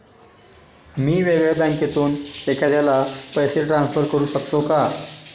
मी वेगळ्या बँकेतून एखाद्याला पैसे ट्रान्सफर करू शकतो का?